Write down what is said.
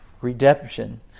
redemption